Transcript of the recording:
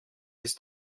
ist